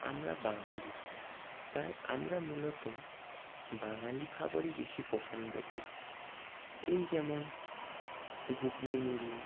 আমরা বাঙালি তাই আমরা মূলত বাঙালি খাবারই বেশি পছন্দ করি এই যেমন ঘুগনি মুড়ি